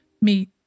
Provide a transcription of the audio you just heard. meet